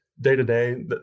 day-to-day